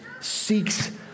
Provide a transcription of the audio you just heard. seeks